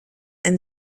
and